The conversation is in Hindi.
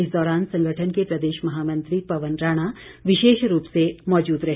इस दौरान संगठन के प्रदेश महामंत्री पवन राणा विशेष रूप से मौजूद रहे